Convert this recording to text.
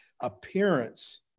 appearance